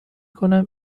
کنم